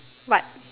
what